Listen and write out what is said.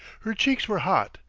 her cheeks were hot,